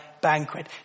banquet